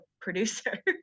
producer